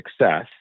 success